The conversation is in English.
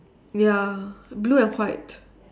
ya blue and white